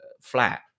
flat